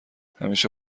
همیشه